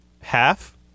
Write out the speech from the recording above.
half